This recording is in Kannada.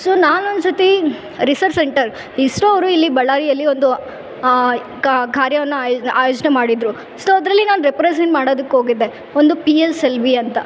ಸೊ ನಾನು ಒಂದುಸತಿ ರಿಸರ್ಚ್ ಸೆಂಟರ್ ಇಸ್ರೋ ಅವರು ಇಲ್ಲಿ ಬಳ್ಳಾರಿಯಲ್ಲಿ ಒಂದು ಕಾರ್ಯವನ್ನು ಆಯ ಆಯೋಜನೆ ಮಾಡಿದರು ಸೊ ಅದರಲ್ಲಿ ನಾನು ರೆಪ್ರೆಸೆಂಟ್ ಮಾಡೋದಕ್ಕೆ ಹೋಗಿದ್ದೆ ಒಂದು ಪಿ ಎಸ್ ಎಲ್ ವಿ ಅಂತ